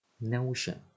Notion